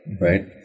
right